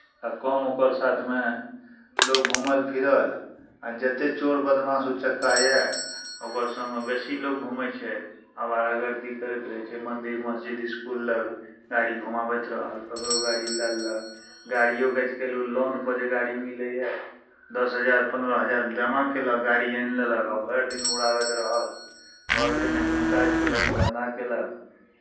आ कम ओकर साथमे लोक घुमल फिरल आ जतेक चोर बदमाश उचक्का यए ओकर सङ्गमे बेसी लोक घूमै छै अवारागर्दी करैत रहै छै मन्दिर मस्जिद इसकुल लग गाड़ी घुमाबैत रहत ककरो गाड़ी लए लेलक गाड़ियोक आज काल्हि ओ लोनपर जे गाड़ी मिलैए दस हजार पन्द्रह हजार जमा कयलक गाड़ी आनि लेलक आ भरि दिन उड़ाबैत रहल घरके नहि कोनो काज कयलक नहि धन्धा कयलक